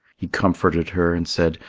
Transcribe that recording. he comforted her and said,